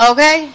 Okay